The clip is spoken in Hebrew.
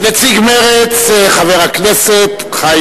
נציג מרצ, חבר הכנסת חיים